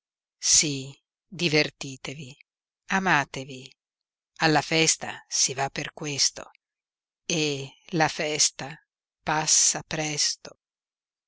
sí divertitevi amatevi alla festa si va per questo e la festa passa presto